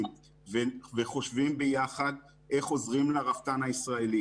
וחושבים ביחד איך עוזרים לרפתן הישראלי